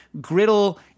griddle